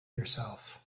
yourself